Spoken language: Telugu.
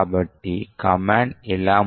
కాబట్టి ఇప్పుడు మనము GDB నుండి నిష్క్రమిస్తాము